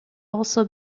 also